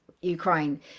Ukraine